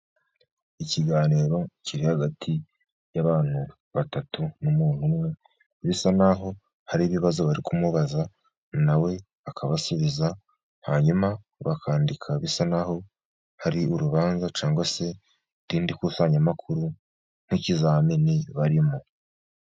Ikiganiro kiri hagati y'abantu batatu ,n'umuntu umwe bisa naho hari ibibazo bari kumubaza na we akabasubiza, hanyuma bakandika bisa naho hari urubanza ,cyangwa se irndi kusanyamakuru nk'ikizamini barimo.